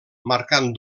marcant